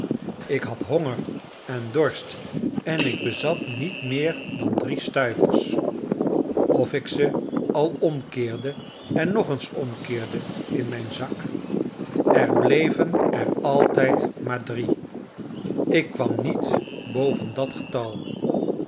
ik had honger en dorst en ik bezat niet meer dan drie stuivers of ik ze al omkeerde en nog eens omkeerde in mijn zak er bleven er altijd maar drie ik kwam niet boven dat getal